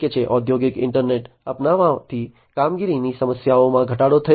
ઔદ્યોગિક ઈન્ટરનેટ અપનાવવાથી કામગીરીની સમસ્યાઓમાં ઘટાડો થયો છે